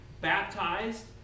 baptized